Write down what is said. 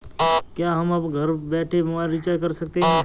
क्या हम घर बैठे मोबाइल रिचार्ज कर सकते हैं?